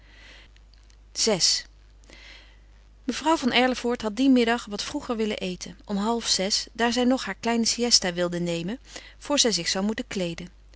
vi mevrouw van erlevoort had dien middag wat vroeger willen eten om halfzes daar zij nog haar kleine siësta wilde nemen voor zij zich zou moeten kleeden